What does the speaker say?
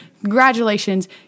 congratulations